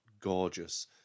gorgeous